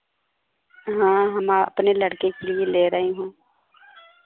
हाँ हम अपने लड़के के लिए ले रही हूँ